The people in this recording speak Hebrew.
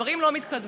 דברים לא מתקדמים,